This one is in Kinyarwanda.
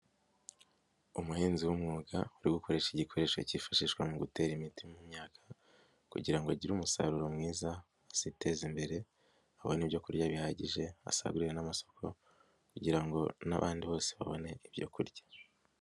Umuhinzi w'umwuga uri gukoresha igikoresho kifashishwa mu gutera imiti mu myaka kugira ngo agire umusaruro mwiza, aziteze imbere abone ibyo kurya bihagije, asagurire n'amasoko kugira ngo n'abandi bose babone ibyo kurya.